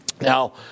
Now